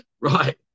right